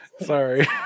sorry